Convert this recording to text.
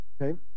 Okay